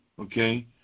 okay